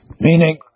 Meaning